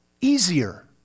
easier